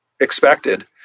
expected